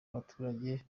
abaturage